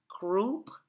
group